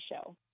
show